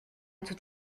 tout